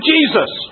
Jesus